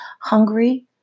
hungry